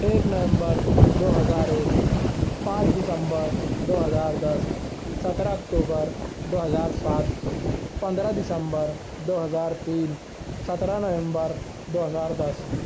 ایک نومبر دو ہزار ایک پانچ دسمبر دو ہزار دس سترہ اکتوبر دو ہزار سات پندرہ دسمبر دو ہزار تین سترہ نومبر دو ہزار دس